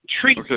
treat